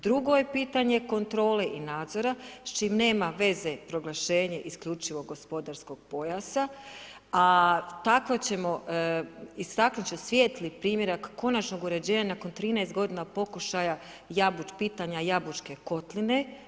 Drugo je pitanje kontrole i nadzora, s čim nema veze proglašenje isključivog gospodarskog pojasa, a tako ćemo, istaknut ću svijetli primjerak konačnog uređenja nakon 13 godina pokušaja pitanja jabučke kotline.